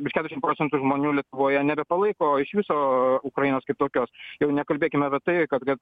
virš keturiasdešim procentų žmonių lietuvoje nebepalaiko iš viso ukrainos kaip tokios jau nekalbėkim apie tai kad kad